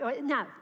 no